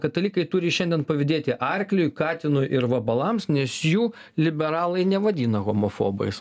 katalikai turi šiandien pavydėti arkliui katinui ir vabalams nes jų liberalai nevadina homofobais